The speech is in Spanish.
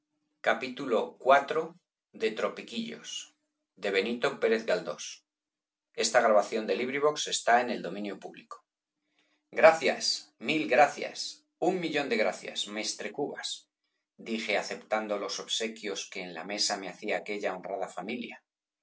la madre europa iv gracias mil gracias un millón de gracias mestre cubas dije aceptando los obsequios que en la mesa me hacía aquella honrada familia